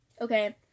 Okay